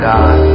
God